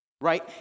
right